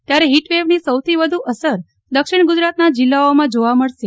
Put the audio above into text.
ત્યારે હીટવેવની સૌથી વધુ અસર દક્ષિણ ગુજરાતના જિલ્લાઓમાં જોવા મળશે